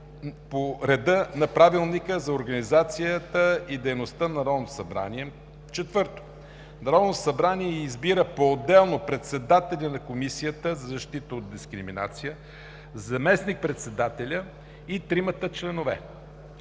по реда на Правилника за организацията и дейността на Народното събрание. 4. Народното събрание избира поотделно председателя на Комисията за защита от дискриминация, заместник-председателя и тримата членове.